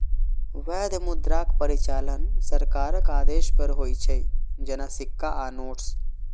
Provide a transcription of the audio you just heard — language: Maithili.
वैध मुद्राक परिचालन सरकारक आदेश पर होइ छै, जेना सिक्का आ नोट्स